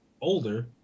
older